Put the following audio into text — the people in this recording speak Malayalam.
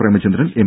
പ്രേമചന്ദ്രൻ എം